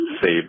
save